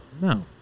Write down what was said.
No